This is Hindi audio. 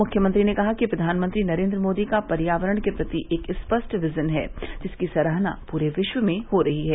मुख्यमंत्री ने कहा कि प्रधानमंत्री नरेन्द्र मोदी का पर्यावरण के प्रति एक स्पष्ट विजन है जिसकी सराहना पूरे विश्व में हो रही है